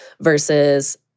versus